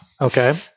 okay